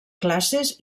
classes